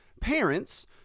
Parents